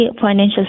financial